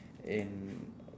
in